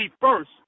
first